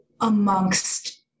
amongst